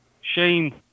shame